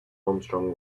armstrong